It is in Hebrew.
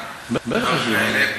כל הדברים האלה,